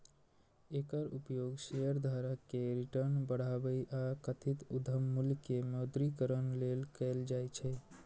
एकर उपयोग शेयरधारक के रिटर्न बढ़ाबै आ कथित उद्यम मूल्य के मौद्रीकरण लेल कैल जाइ छै